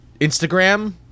Instagram